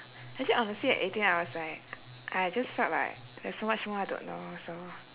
actually honestly I think I was like I I just felt like there's so much more I don't know so